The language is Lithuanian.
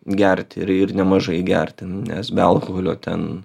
gerti ir ir nemažai gerti nes be alkoholio ten